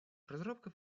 розробки